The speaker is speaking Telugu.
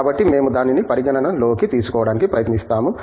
కాబట్టి మేము దానిని పరిగణనలోకి తీసుకోవడానికి ప్రయత్నిస్తాము